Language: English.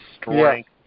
strength